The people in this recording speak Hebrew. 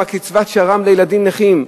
קצבת שר"מ לילדים נכים.